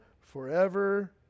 forever